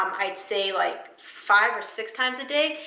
um i'd say, like five or six times a day.